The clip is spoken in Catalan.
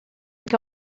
que